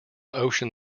ocean